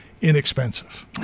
inexpensive